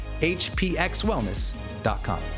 hpxwellness.com